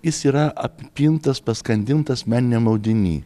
jis yra apipintas paskandintas meniniam audiny